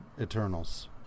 Eternals